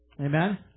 Amen